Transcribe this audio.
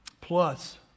Plus